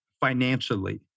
financially